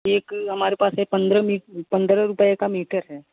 एक हमारे पास है पंद्रह मी पंद्रह रुपये का मीटर है